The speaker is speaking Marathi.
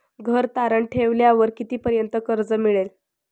घर तारण ठेवल्यावर कितीपर्यंत कर्ज मिळेल?